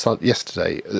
yesterday